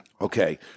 Okay